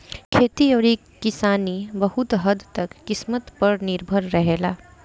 खेती अउरी किसानी बहुत हद्द तक किस्मत पर निर्भर रहेला